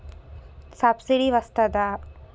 Subsidy వస్తదా?